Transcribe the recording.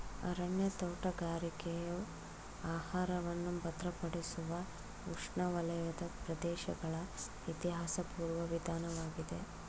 ಅರಣ್ಯ ತೋಟಗಾರಿಕೆಯು ಆಹಾರವನ್ನು ಭದ್ರಪಡಿಸುವ ಉಷ್ಣವಲಯದ ಪ್ರದೇಶಗಳ ಇತಿಹಾಸಪೂರ್ವ ವಿಧಾನವಾಗಿದೆ